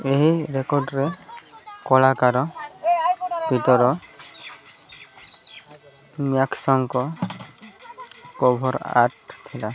ଏହି ରେକର୍ଡ଼ରେ କଳାକାର ପିଟର୍ ମ୍ୟାକ୍ସ୍ଙ୍କ କଭର୍ ଆର୍ଟ୍ ଥିଲା